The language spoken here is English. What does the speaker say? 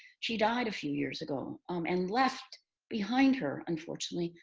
she died a few years ago um and left behind her, unfortunately,